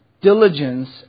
diligence